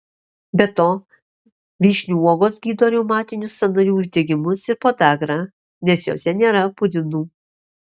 be to vyšnių uogos gydo reumatinius sąnarių uždegimus ir podagrą nes jose nėra purinų